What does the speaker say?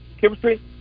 Chemistry